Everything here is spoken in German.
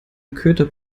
köter